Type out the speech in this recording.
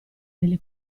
nelle